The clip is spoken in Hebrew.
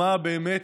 מה יקרה,